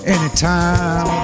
Anytime